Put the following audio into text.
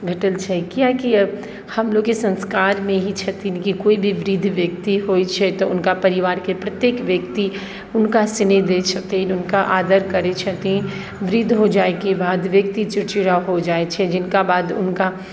भेटल छै किएकि हमलोग के सँस्कार मे ही छथिन की कोइ भी वृद्ध व्यक्ति होइ छै तऽ हुनका परिवार के प्रत्येक व्यक्ति हुनका स्नेह दै छथिन हुनका आदर करै छथिन वृद्ध हो जाइके बाद व्यक्ति चिड़चिड़ा हो जाइ छै जिनका बाद हुनका